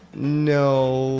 no.